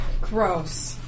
Gross